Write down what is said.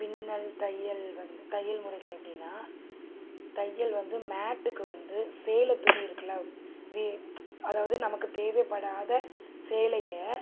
பின்னல் தையல் வந் தையல் முறைகள் எப்படின்னா தையல் வந்து மேட்டுக்கு வந்து சேலை துணி இருக்குல்ல வீ அதாவது நமக்கு தேவைப்படாத சேலையை